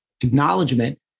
acknowledgement